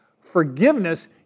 forgiveness